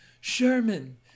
Sherman